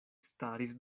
staris